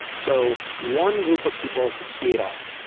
so, one group of people could see it all.